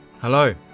Hello